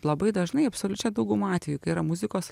labai dažnai absoliučia dauguma atvejų kai yra muzikos